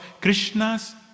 Krishna's